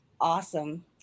Awesome